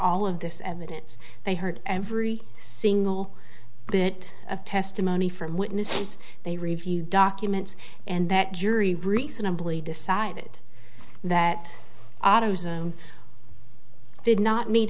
all of this evidence they heard every single bit of testimony from witnesses they review documents and that jury reasonably decided that autozone did not meet